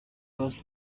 was